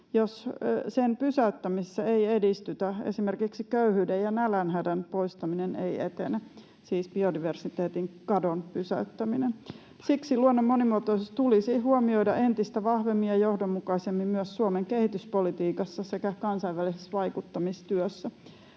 kadon pysäyttämisessä ei edistytä, esimerkiksi köyhyyden ja nälänhädän poistaminen ei etene. Siksi luonnon monimuotoisuus tulisi huomioida entistä vahvemmin ja johdonmukaisemmin myös Suomen kehityspolitiikassa sekä kansainvälisessä vaikuttamistyössä.